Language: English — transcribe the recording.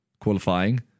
qualifying